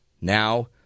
now